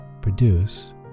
produce